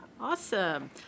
Awesome